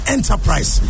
Enterprise